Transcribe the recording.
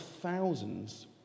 thousands